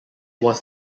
was